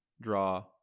draw